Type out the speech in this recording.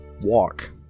walk